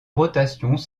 rotations